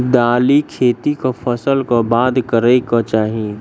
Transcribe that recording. दालि खेती केँ फसल कऽ बाद करै कऽ चाहि?